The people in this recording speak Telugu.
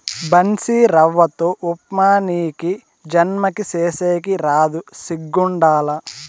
బన్సీరవ్వతో ఉప్మా నీకీ జన్మకి సేసేకి రాదు సిగ్గుండాల